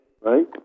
right